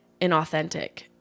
inauthentic